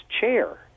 chair